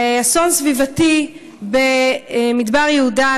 אסון סביבתי במדבר יהודה,